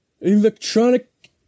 electronic